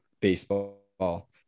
baseball